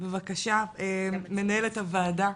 מנהלת הוועדה,